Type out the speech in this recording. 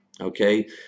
okay